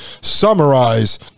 summarize